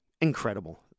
Incredible